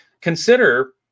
consider